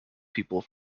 people